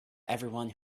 everyone